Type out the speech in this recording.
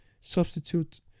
substitute